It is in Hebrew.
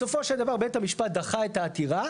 בסופו של דבר בית המשפט דחה את העתירה,